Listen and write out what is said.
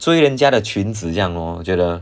追人家的裙子这样 lor 我觉得